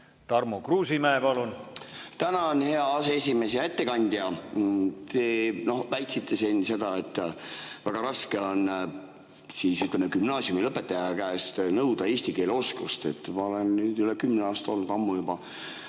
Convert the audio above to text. Tarmo Kruusimäe, palun! Tänan, hea aseesimees! Hea ettekandja! Te väitsite siin seda, et väga raske on gümnaasiumilõpetaja käest nõuda eesti keele oskust. Ma olen üle kümne aasta tagasi olnud, ammu juba,